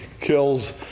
kills